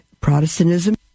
Protestantism